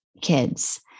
kids